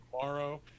tomorrow